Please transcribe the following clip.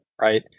right